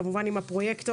כמובן עם הפרויקטור,